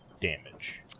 damage